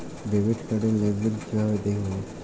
Debit card র লেনদেন কিভাবে দেখবো?